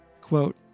Quote